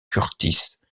kurtis